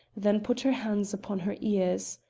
then put her hands upon her ears.